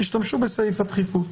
תשתמשו בסעיף הדחיפות.